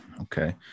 Okay